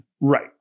right